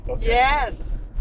Yes